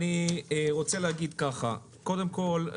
קודם כול,